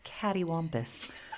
cattywampus